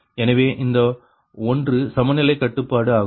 எனவே இந்த ஒன்று சமநிலை கட்டுப்பாடு ஆகும்